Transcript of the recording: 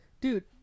dude